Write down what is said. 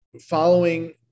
following